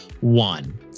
one